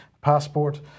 passport